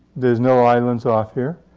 there's no islands off here.